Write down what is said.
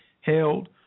held